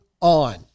on